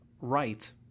right